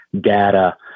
data